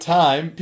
time